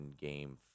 game